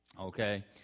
okay